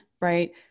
right